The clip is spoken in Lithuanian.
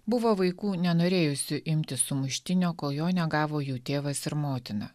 buvo vaikų nenorėjusių imti sumuštinio kol jo negavo jų tėvas ir motina